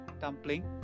dumpling